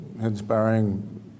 inspiring